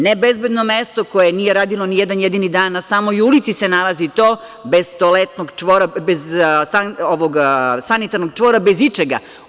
Nebezbedno mesto koje nije radilo ni jedan jedini dan, na samoj ulici se nalazi to, bez toaletnog čvora, bez sanitarnog čvora, bez ičega.